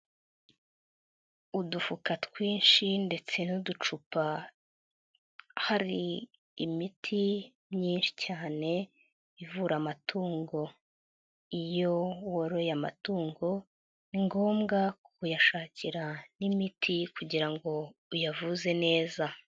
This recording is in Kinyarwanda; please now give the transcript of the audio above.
Udufuka twinshi ndetse n'uducupa hari imiti myinshi cyane ivura amatungo, iyo woroye amatungo ni ngombwa kuyashakira n'imiti kugira ngo uyavuze neza.